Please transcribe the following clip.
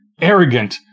arrogant